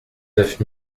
neuf